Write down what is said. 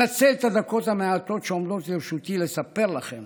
אנצל את הדקות המעטות שעומדות לרשותי לספר לכם